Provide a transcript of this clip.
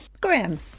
Graham